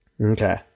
Okay